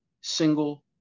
single